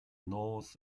north